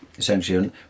Essentially